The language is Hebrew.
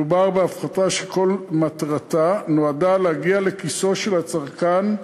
מדובר בהפחתה שכל מטרתה נועדה להגיע לכיסו של הצרכן,